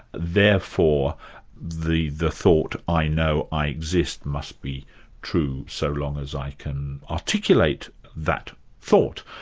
therefore the the thought i know i exist, must be true, so long as i can articulate that thought.